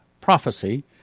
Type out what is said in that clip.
prophecy